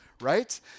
right